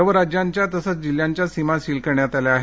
सर्व राज्यांच्या तसंच जिल्ह्यांच्या सीमा सील करण्यात आल्या आहेत